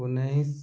ଉନେଇଶି